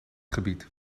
gebied